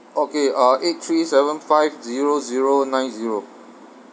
okay uh eight three seven five zero zero nine zero